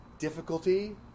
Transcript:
difficulty